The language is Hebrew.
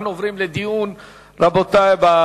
אנחנו עוברים לדיון בהצעה.